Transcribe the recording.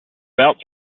belts